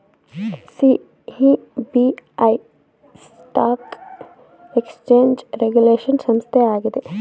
SEBI stock exchange regulation ಸಂಸ್ಥೆ ಆಗಿದೆ